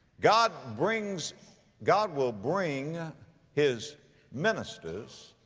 god brings god will bring his ministers,